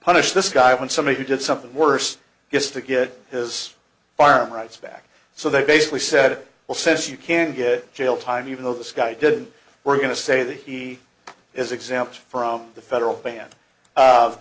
punish this guy when somebody did something worse just to get his farm rights back so they basically said well since you can get jail time even though this guy did we're going to say that he is exempt from the federal ban